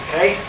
Okay